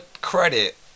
credit